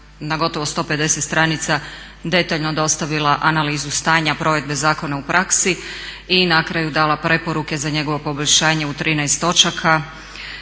na gotovo 150 stranica detaljno dostavila analizu stanja provedbe zakona u praksi i na kraju dala preporuke za njegovo poboljšanje u 13 točaka.